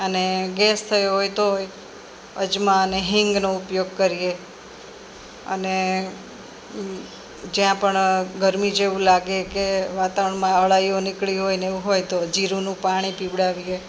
અને ગેસ થયો હોય તોય અજમા અને હિંગનો ઉપયોગ કરીએ અને જ્યાં પણ ગરમી જેવું લાગે કે વાતાવરણમાં અળાઈઓ નીકળી હોયને એવું હોય તો જીરુનું પાણી પીવડાવીએ